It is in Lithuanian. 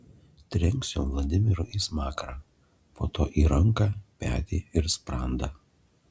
trenksiu vladimirui į smakrą po to į ranką petį ir sprandą